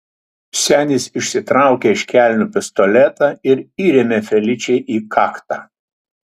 senis išsitraukė iš kelnių pistoletą ir įrėmė feličei į kaktą